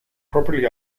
properly